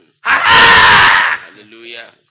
Hallelujah